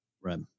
Right